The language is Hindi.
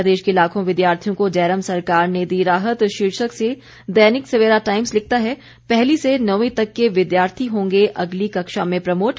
प्रदेश के लाखों विद्यार्थियों को जयराम सरकार ने दी राहत शीर्षक से दैनिक सवेरा टाइम्स लिखता है पहली से नौवीं तक के विद्यार्थी होंगे अगली कक्षा में प्रमोट